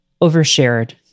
overshared